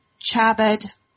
Chabad